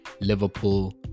Liverpool